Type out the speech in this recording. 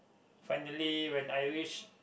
finally when I reach